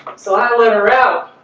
so i let her out